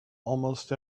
almost